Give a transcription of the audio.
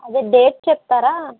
అదే డేట్ చెప్తారా